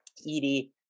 Edie